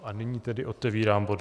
A nyní tedy otevírám bod